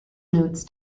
notes